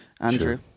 Andrew